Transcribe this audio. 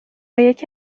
یکی